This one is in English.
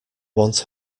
want